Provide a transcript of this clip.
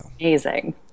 amazing